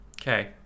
Okay